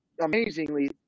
amazingly